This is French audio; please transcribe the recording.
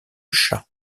chat